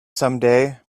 someday